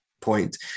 point